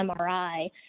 MRI